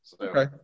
okay